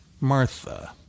Martha